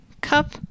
cup